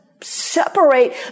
separate